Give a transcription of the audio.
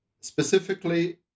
Specifically